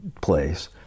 place